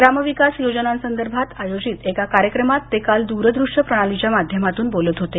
ग्राम विकास योजनां संदर्भात आयोजित एका कार्यक्रमात ते काल द्रद्रष्य प्रणालीच्या माध्यमातून बोलत होते